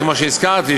וכבר הזכרתי,